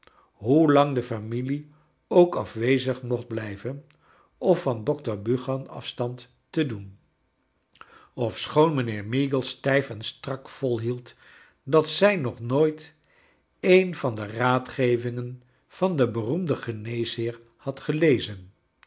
hoe lang de familie ook afwezig mocht biijven of van dokter buchan af stand te doen ofschoon mijnheer meagles stijf en strak volhield dat zij nog nooit een van de raadgevingen van den beroemden geneeslejr had gelezen